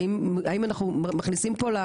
האם אנחנו מכניסים פה.